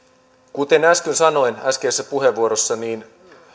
kuten äsken sanoin äskeisessä puheenvuorossa niin